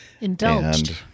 Indulged